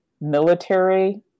military